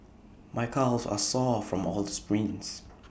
my calves are sore from all the sprints